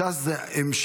ש"ס זה ההמשך.